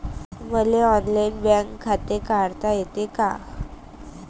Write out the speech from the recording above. मले online bank खाते काढता येते का?